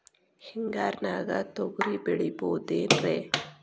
ಹಿಂಗಾರಿನ್ಯಾಗ ತೊಗ್ರಿ ಬೆಳಿಬೊದೇನ್ರೇ?